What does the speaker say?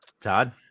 Todd